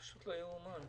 פשוט לא יאומן.